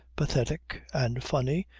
pathetic and funny,